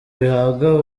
bihabwa